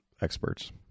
experts